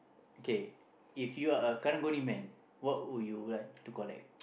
okay if you're a Karang-Guni man what would you like to collect